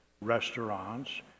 restaurants